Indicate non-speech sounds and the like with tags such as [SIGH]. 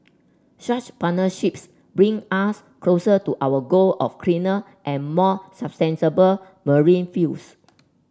such partnerships bring us closer to our goal of cleaner and more [UNINTELLIGIBLE] marine fuels